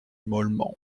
mollement